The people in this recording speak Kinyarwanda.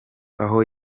aho